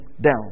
down